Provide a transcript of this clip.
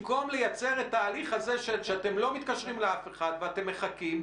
במקום לייצר את התהליך הזה שאתם לא מתקשרים לאף אחד ואתם מחכים,